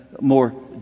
more